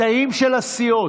בתאים של הסיעות,